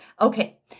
Okay